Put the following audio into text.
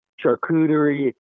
charcuterie